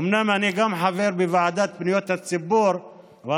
אומנם אני גם חבר בוועדה לפניות הציבור אבל,